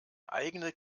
eigene